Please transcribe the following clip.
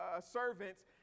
servants